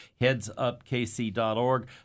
headsupkc.org